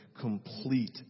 complete